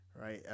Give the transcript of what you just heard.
right